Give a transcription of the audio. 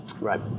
Right